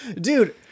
dude